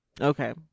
Okay